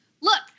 look